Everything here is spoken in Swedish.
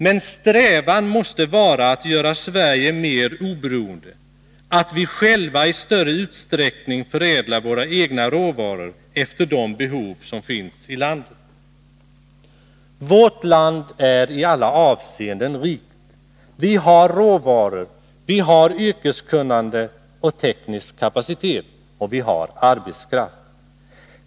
Men strävan måste vara att göra Sverige mer oberoende, att vi själva i större utsträckning skall förädla våra egna råvaror efter de behov som finns i landet. Vårt land är i alla avseenden rikt. Vi har råvaror, vi har yrkeskunnande och teknisk kapacitet, och vi har arbetskraft.